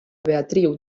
beatriu